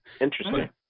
Interesting